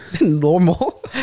normal